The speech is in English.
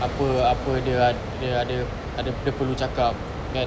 apa-apa dia dia ada ada dia perlu cakap kan